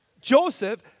Joseph